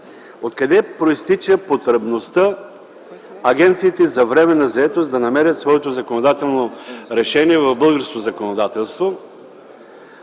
Откъде произтича потребността агенциите за временна заетост да намерят своето законодателно решение в българското законодателство?